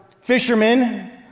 fishermen